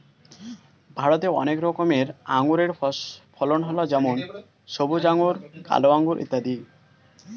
ভারতে কয়েক রকমের আঙুরের ফলন হয় যেমন সবুজ আঙুর, কালো আঙুর ইত্যাদি